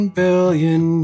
billion